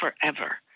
forever